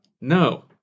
No